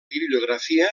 bibliografia